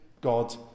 God